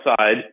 side